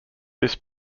this